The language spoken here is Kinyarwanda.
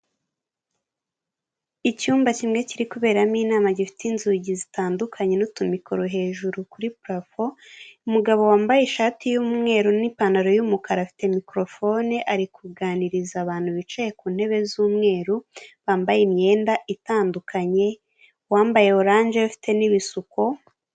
Icyumba kimwe kiri kuberamo inama, gifite inzugi zitandukanye n'utumikoro hejuru kuri parafo, umugabo wambaye ishati y'umweru n'ipantaro y'umukara, afite mikorofone, ari kuganiriza abantu bicaye ku ntebe z'umweru, bambaye imyenda itandukanye, uwambaye orange, ufite n'ibisuko.